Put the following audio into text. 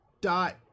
dot